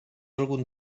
algun